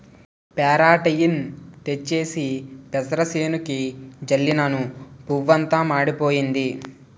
పెరాటేయిన్ తెచ్చేసి పెసరసేనుకి జల్లినను పువ్వంతా మాడిపోయింది